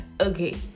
Okay